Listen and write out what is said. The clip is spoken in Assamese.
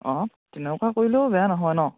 অঁ তেনেকুৱা কৰিলেও বেয়া নহয় ন